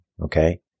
okay